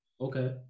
Okay